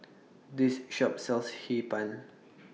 This Shop sells Hee Pan